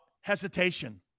hesitation